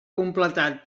completar